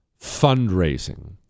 fundraising